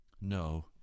No